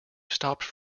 stopped